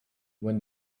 when